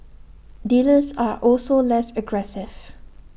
dealers are also less aggressive